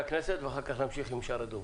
הכנסת ואחר כך נמשיך עם שאר הדוברים.